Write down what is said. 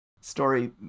story